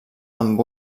amb